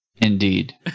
Indeed